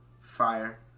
Fire